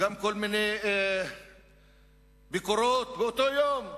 כל מיני ביקורות באותו יום.